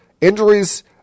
injuries